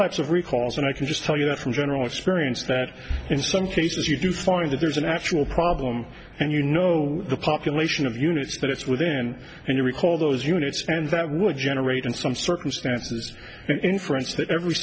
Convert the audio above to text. types of recalls and i can just tell you that from general experience that in some cases you do find that there's an actual problem and you know the population of units that it's within and you recall those units and that would generate in some circumstances an inference that every